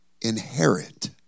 inherit